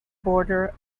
border